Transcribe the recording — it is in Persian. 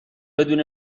بدون